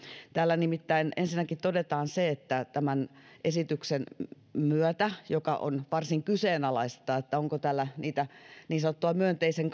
täällä nimittäin ensinnäkin todetaan se että tämän esityksen myötä joka on varsin kyseenalaista että onko tällä niitä niin sanottuja myönteisen